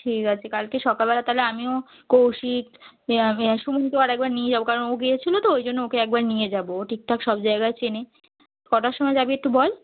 ঠিক আছে কালকে সকালবেলা তাহলে আমিও কৌশিক সুমনকেও আরেকবার নিয়ে যাবো কারণ ও গিয়েছিলো তো ওই জন্য ওকে একবার নিয়ে যাবো ও ঠিকঠাক সব জায়গা চেনে কটার সময় যাবি একটু বল